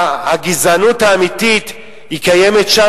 הגזענות האמיתית קיימת שם,